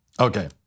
Okay